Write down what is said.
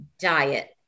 diet